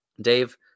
Dave